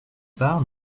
part